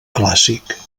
clàssic